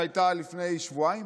שהייתה לפני שבועיים?